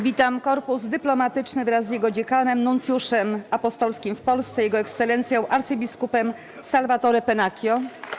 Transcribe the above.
Witam korpus dyplomatyczny wraz z jego dziekanem, nuncjuszem apostolskim w Polsce, Jego Ekscelencją arcybiskupem Salvatore Pennacchio.